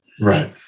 Right